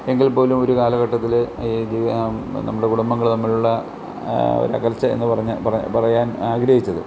എങ്കിൽ പോലും ഒരു കാലഘട്ടത്തിൽ ഈ നമ്മുടെ കുടുംബങ്ങൾ തമ്മിലുള്ള ഒരു അകൽച്ച എന്ന് പറഞ്ഞാൽ പറയാൻ ആഗ്രഹിച്ചത്